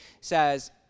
says